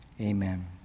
amen